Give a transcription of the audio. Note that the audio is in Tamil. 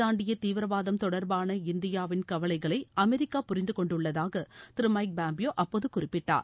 தாண்டிய தீவிரவாதம் தொடர்பான இந்தியாவின் கவலைகளை அமெரிக்கா எல்லை புரிந்துகொண்டுள்ளதாக திரு மைக் பாம்பியோ அப்போது குறிப்பிட்டார்